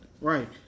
Right